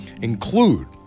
include